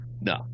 No